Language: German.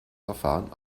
verfahren